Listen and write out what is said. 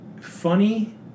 funny